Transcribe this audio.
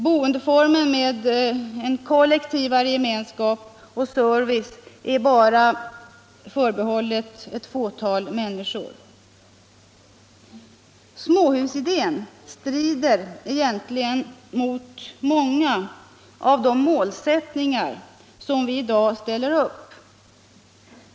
Boende med en mer kollektiv gemenskap och service är förbehållet bara ett fåtal människor. Småhusidén strider egentligen mot många av de målsättningar som vi i dag ställer upp.